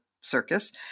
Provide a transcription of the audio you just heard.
circus